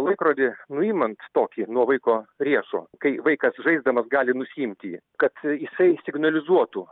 laikrodį nuimant tokį nuo vaiko riešo kai vaikas žaisdamas gali nusiimti jį kad jisai signalizuotų